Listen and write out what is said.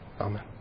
Amen